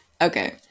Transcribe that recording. Okay